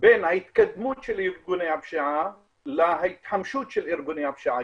בין ההתקדמות של ארגוני הפשיעה וההתחמשות של ארגוני הפשיעה,